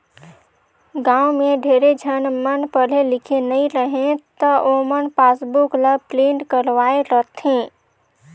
गाँव में ढेरे झन मन पढ़े लिखे नई रहें त ओमन पासबुक ल प्रिंट करवाये रथें